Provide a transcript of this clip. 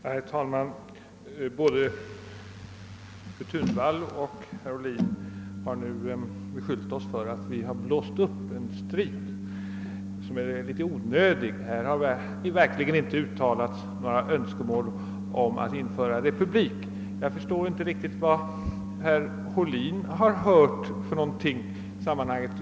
Herr talman! Både fru Thunvall och herr Ohlin har beskyllt oss för att vi blåst upp en onödig strid; det skulle i debatten inte ha uttalats önskemål om att införa republik. Jag förstår inte riktigt vad herr Ohlin har hört i det sammanhanget.